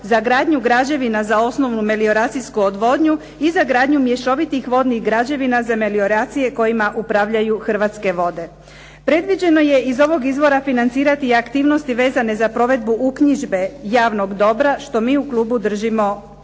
za gradnju građevina za osnovnu melioracijsku odvodnju i za gradnju mješovitih vodnih građevina za melioracije kojima upravljaju Hrvatske vode. Predviđeno je iz ovog izvora financirati i aktivnosti vezane za provedbu uknjižbe javnog dobra, što mi u klubu držimo